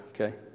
okay